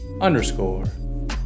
underscore